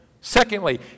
Secondly